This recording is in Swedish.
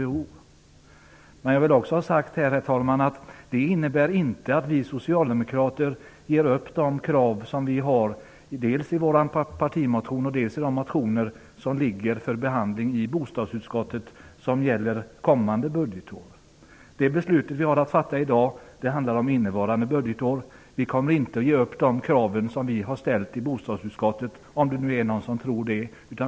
Herr talman! Jag vill också ha sagt att detta inte innebär att vi socialdemokrater ger upp de krav vi har fört fram dels i vår partimotion, dels i de motioner som avser kommande budgetår som ligger för behandling i bostadsutskottet. Det beslut vi har att fatta i dag gäller innevarande budgetår. Vi kommer inte att ge upp de krav som vi ställt i bostadsutskottet, om det nu är någon som tror det.